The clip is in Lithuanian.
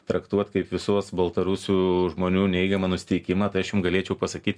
traktuot kaip visos baltarusių žmonių neigiamą nusiteikimą tai aš jum galėčiau pasakyt